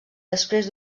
després